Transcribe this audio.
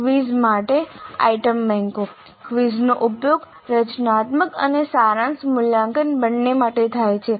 quiz માટે item બેન્કો ક્વિઝનો ઉપયોગ રચનાત્મક અને સારાંશ મૂલ્યાંકન બંને માટે થાય છે